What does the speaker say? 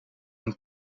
een